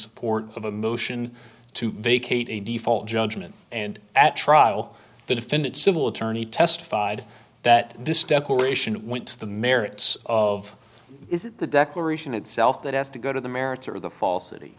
support of a motion to vacate a default judgment and at trial the defendant civil attorney testified that this declaration went to the merits of is it the declaration itself that has to go to the merits or the fal